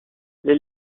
les